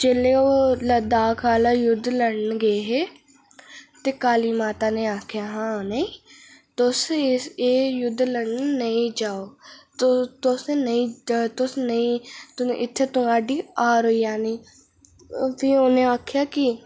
जेल्लै ओह् लद्दाख आह्ला युद्ध लड़ने गी गे हे ते कीली माता नै आक्खेआ हा उनेंगी कि तुस एह् युद्ध लड़ने गी नेईं जाओ तुस नेईं तुस नेईं इत्थै थुहाड़ी हार होई जानी फ्ही उ'नें आखेआ कि